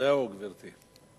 זהו, גברתי.